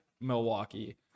Milwaukee